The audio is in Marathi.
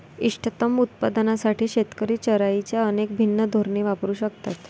इष्टतम उत्पादनासाठी शेतकरी चराईची अनेक भिन्न धोरणे वापरू शकतात